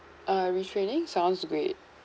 uh re-training sounds great